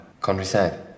Countryside